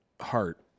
heart